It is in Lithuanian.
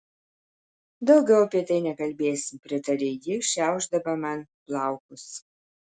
daugiau apie tai nekalbėsim pritarė ji šiaušdama man plaukus